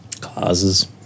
Causes